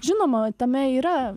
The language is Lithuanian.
žinoma tame yra